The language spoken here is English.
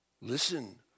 Listen